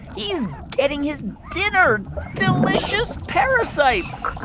he's getting his dinner delicious parasites